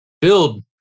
build